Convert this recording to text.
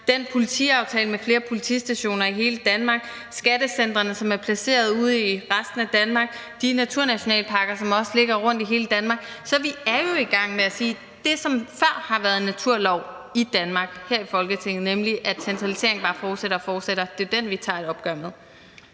politiaftalen med flere politistationer i hele Danmark; skattecentrene, som er placeret ude i resten af Danmark; og de naturnationalparker, som også ligger rundt i hele Danmark. Så vi er jo i gang med at sige: Det, som før har været en naturlov i Danmark og her i Folketinget, nemlig at centraliseringen bare fortsætter og fortsætter, tager vi et opgør med.